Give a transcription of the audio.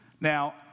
Now